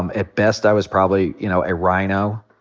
um at best, i was probably, you know, a rino,